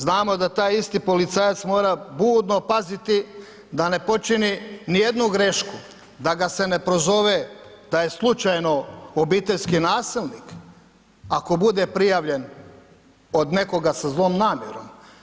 Znamo da taj isti policajac mora budno paziti da ne počini ni jednu grešku da ga se ne prozove da je slučajno obiteljski nasilnik, ako bude prijavljen od nekoga sa zlom namjerom.